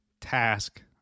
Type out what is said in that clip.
task